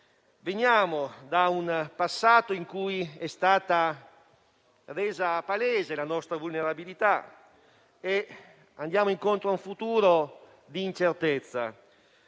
Veniamo da un passato in cui è stata resa palese la nostra vulnerabilità e andiamo incontro a un futuro di incertezza